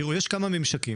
תראו, יש כמה ממשקים.